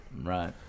Right